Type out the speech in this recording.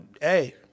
hey